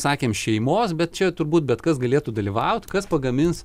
sakėm šeimos bet čia turbūt bet kas galėtų dalyvaut kas pagamins